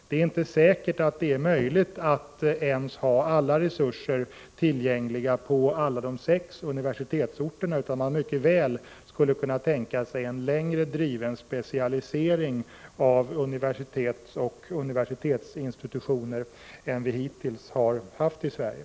Det är inte säkert att det är möjligt att ha alla resurser tillgängliga ens på alla de sex universitetsorterna, utan man skulle mycket väl kunna tänka sig en längre driven specialisering av universitet och universitetsinstitutioner än vi hittills har haft i Sverige.